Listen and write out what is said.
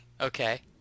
Okay